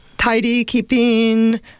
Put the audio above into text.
Tidy-keeping